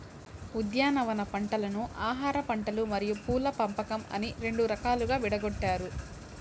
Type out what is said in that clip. ఉద్యానవన పంటలను ఆహారపంటలు మరియు పూల పంపకం అని రెండు రకాలుగా విడగొట్టారు